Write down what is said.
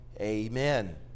amen